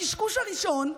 הקשקוש הראשון,